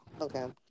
Okay